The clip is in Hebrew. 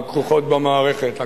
הכרוכות במערכת,